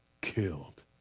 killed